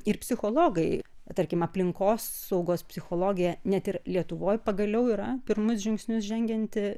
ir psichologai tarkim aplinkosaugos psichologija net ir lietuvoj pagaliau yra pirmus žingsnius žengianti